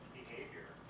behavior